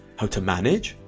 how to manage,